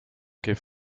que